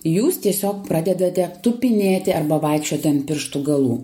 jūs tiesiog pradedate tupinėti arba vaikščioti ant pirštų galų